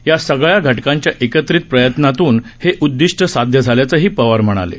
या सगळ्या घटकांच्या एकत्रित प्रयत्नांतून हे उद्दिष्टं साध्य झाल्याचंही त्यांनी म्हटलं आहे